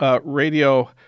radio